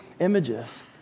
images